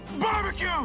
Barbecue